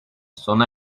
sona